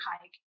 hike